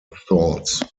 thoughts